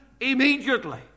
immediately